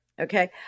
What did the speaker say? Okay